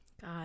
God